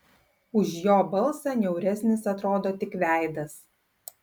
už jo balsą niauresnis atrodo tik veidas